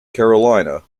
carolina